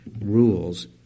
rules